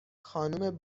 خانم